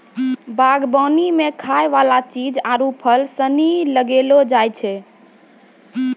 बागवानी मे खाय वाला चीज आरु फूल सनी लगैलो जाय छै